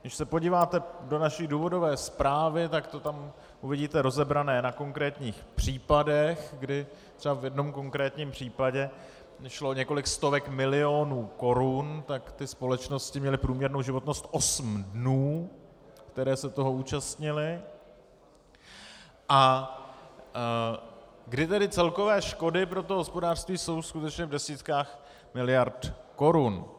Když se podíváte do naší důvodové zprávy, tak to tam uvidíte rozebrané na konkrétních případech, kdy třeba v jednom konkrétním případě šlo o několik stovek milionů korun, tak ty společnosti měly průměrnou životnost osm dnů, které se toho účastnily, a kdy tedy celkové škody pro hospodářství jsou skutečně v desítkách miliard korun.